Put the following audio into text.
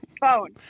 phone